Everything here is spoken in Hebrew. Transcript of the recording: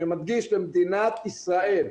אני מדגיש, למדינת ישראל.